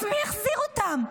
אז מי יחזיר אותם?